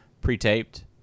pre-taped